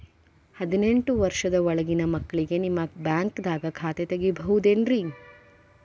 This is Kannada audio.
ಹದಿನೆಂಟು ವರ್ಷದ ಒಳಗಿನ ಮಕ್ಳಿಗೆ ನಿಮ್ಮ ಬ್ಯಾಂಕ್ದಾಗ ಖಾತೆ ತೆಗಿಬಹುದೆನ್ರಿ?